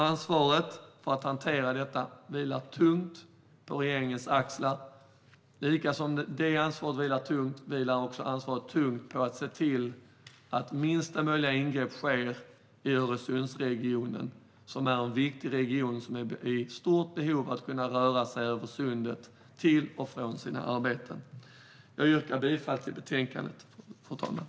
Ansvaret för att hantera detta vilar tungt på regeringens axlar liksom ansvaret för att se till att minsta möjliga ingrepp sker i Öresundsregionen, som är en viktig region där man är i stort behov av att kunna röra sig över sundet till och från sina arbeten. Jag yrkar bifall till utskottets förslag i betänkandet.